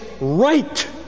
right